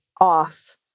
off